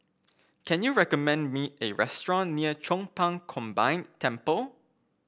can you recommend me a restaurant near Chong Pang Combined Temple